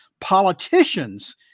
politicians